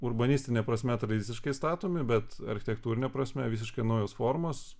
urbanistine prasme tradiciškai statomi bet architektūrine prasme visiškai naujos formos